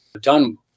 done